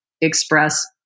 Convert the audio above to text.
express